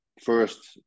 first